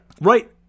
Right